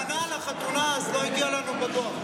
ההזמנה לחתונה אז לא הגיעה אלינו בדואר.